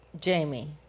Jamie